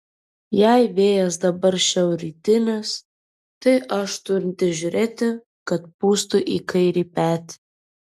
jei vėjas dabar šiaurrytinis tai aš turintis žiūrėti kad pūstų į kairį petį